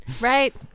Right